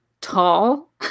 tall